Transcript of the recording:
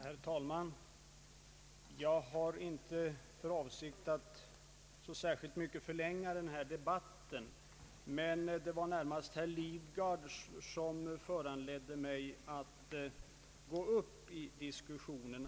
Herr talman! Jag har inte för avsikt att särskilt mycket förlänga denna debatt. Det var närmast herr Lidgard som föranledde mig att begära ordet.